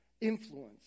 influence